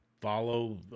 follow